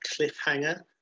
Cliffhanger